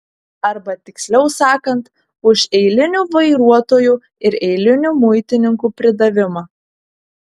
arba tiksliau sakant už eilinių vairuotojų ir eilinių muitininkų pridavimą